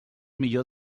millor